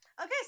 Okay